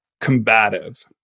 combative